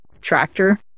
tractor